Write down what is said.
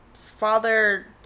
father